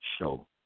show